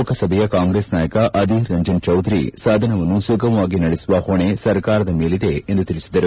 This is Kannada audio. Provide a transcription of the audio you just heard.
ಲೋಕಸಭೆಯ ಕಾಂಗ್ರೆಸ್ ನಾಯಕ ಅಧೀರ್ ರಂಜನ್ ಚೌಧರಿ ಸದನವನ್ನು ಸುಗಮವಾಗಿ ನಡೆಸುವ ಹೊಣೆ ಸರ್ಕಾರದ ಮೇಲಿದೆ ಎಂದು ತಿಳಿಸಿದರು